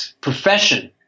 profession